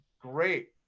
great